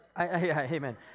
amen